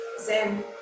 Zen